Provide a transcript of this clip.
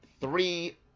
three